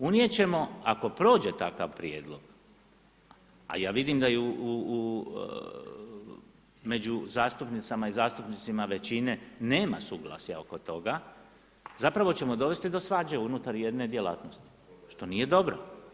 Unijeti ćemo ako prođe takav prijedlog a ja vidim da i među zastupnicama i zastupnicima većine nema suglasja oko toga zapravo ćemo dovesti do svađe unutar jedne djelatnosti što nije dobro.